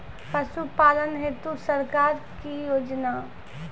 पशुपालन हेतु सरकार की योजना?